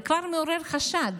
זה כבר מעורר חשד.